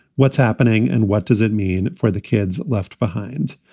what's happening? and what does it mean for the kids left behind?